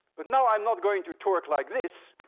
but now i'm not going to torque like this,